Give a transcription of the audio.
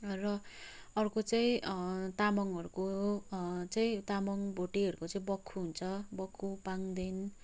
र अर्को चाहिँ तामाङहरूको चाहिँ तामाङ भोटेहरूको चाहिँ बक्खु हुन्छ बक्खु पाङ्देङ